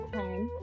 time